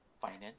finance